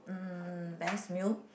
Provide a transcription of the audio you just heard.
mm best meal